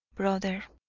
brother,